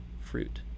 fruit